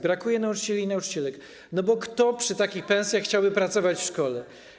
Brakuje nauczycieli i nauczycielek, bo kto przy takich pensjach chciałby pracować w szkole?